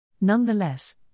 Nonetheless